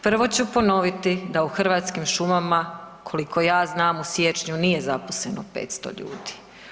Prvo ću ponoviti da u Hrvatskim šumama koliko ja znam u siječnju nije zaposleno 500 ljudi.